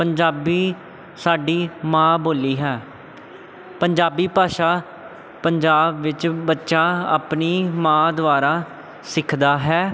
ਪੰਜਾਬੀ ਸਾਡੀ ਮਾਂ ਬੋਲੀ ਹੈ ਪੰਜਾਬੀ ਭਾਸ਼ਾ ਪੰਜਾਬ ਵਿੱਚ ਬੱਚਾ ਆਪਣੀ ਮਾਂ ਦੁਆਰਾ ਸਿੱਖਦਾ ਹੈ